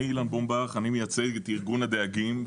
אני מייצג את ארגון הדייגים.